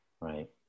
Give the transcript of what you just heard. Right